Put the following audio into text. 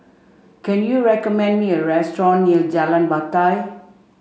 can you recommend me a restaurant near Jalan Batai